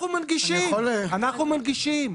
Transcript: אנחנו מנגישים.